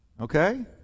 Okay